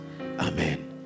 amen